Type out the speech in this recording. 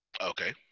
Okay